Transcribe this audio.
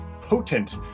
potent